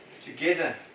together